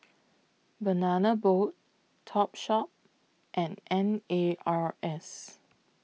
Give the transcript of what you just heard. Banana Boat Topshop and N A R S